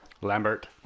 Lambert